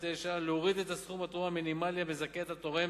להוריד את סכום התרומה המינימלי המזכה את התורם